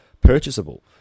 purchasable